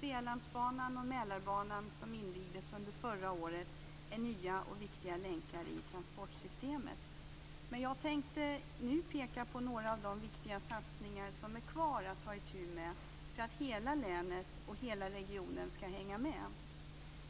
Svealandsbanan och Mälarbanan, som invigdes förra året, är nya och viktiga länkar i transportsystemet. Jag tänkte nu peka på några av de viktiga satsningar som det återstår att ta itu med för att hela länet och hela regionen skall hänga med.